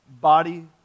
body